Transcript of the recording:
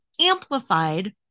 amplified